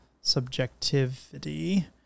subjectivity